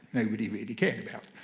nobody really cared about.